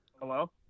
Hello